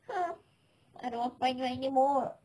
ugh I don't want friend you anymore